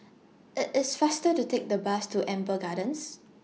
IT IS faster to Take The Bus to Amber Gardens